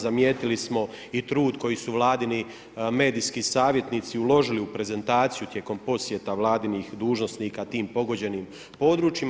Zamijetili smo i trud koji su vladini medijski savjetnici uložili u prezentaciju tijekom posjeta vladinih dužnosnika tim pogođenim područjima.